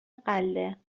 غله